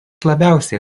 labiausiai